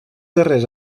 darrers